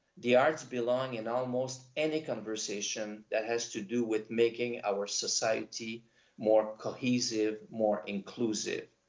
the arts belong in almost any conversation that has to do with making our society more cohesive, more inclusive.